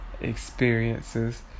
experiences